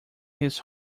his